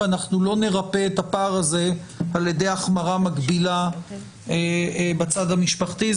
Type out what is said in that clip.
ואנחנו לא נרפא את הפער הזה על ידי החמרה מקבילה בצד המשפחתי.